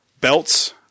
belts